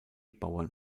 bauern